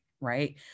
right